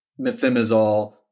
methimazole